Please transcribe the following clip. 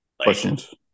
Questions